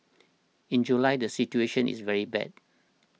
in July the situation is very bad